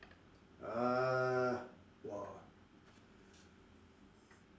ah !wah!